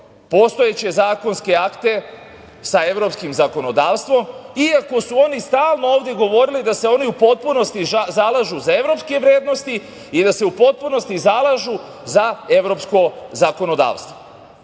postojeće zakonske akte sa evropskim zakonodavstvom, i ako su oni stalno ovde govorili da se oni u potpunosti zalažu za evropske vrednosti i da se u potpunosti zalažu za evropsko zakonodavstvo. Podsetiću